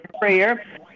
prayer